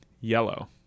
yellow